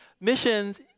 missions